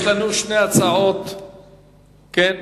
יש שתי הצעות אחרות,